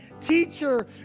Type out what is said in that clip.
teacher